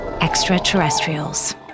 extraterrestrials